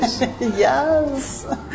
Yes